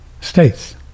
states